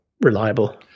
reliable